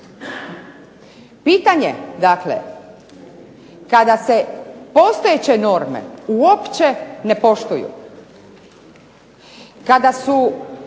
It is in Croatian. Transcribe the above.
Pitanje dakle kada se postojeće norme uopće ne poštuju, kada su